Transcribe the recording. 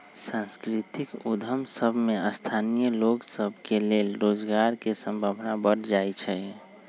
सांस्कृतिक उद्यम सभ में स्थानीय लोग सभ के लेल रोजगार के संभावना बढ़ जाइ छइ